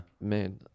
Man